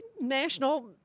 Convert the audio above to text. national